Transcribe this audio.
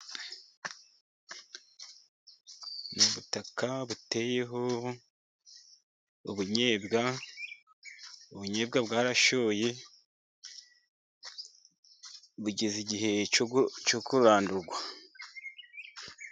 Ubutaka buteyeho ubunyobwa, ubunyobwa bwarashoye bugeze igihe cyo kurandurwa.